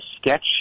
sketch